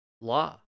law